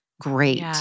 great